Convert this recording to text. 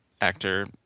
actor